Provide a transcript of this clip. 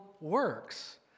works